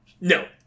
No